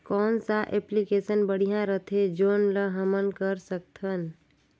कौन सा एप्लिकेशन बढ़िया रथे जोन ल हमन कर सकथन?